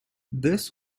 this